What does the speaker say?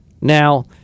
Now